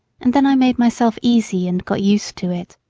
and then i made myself easy and got used to it.